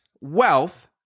wealth